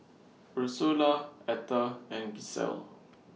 Ursula Etter and Gisele